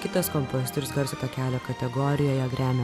kitas kompozitorius garso takelio kategorijoje grammy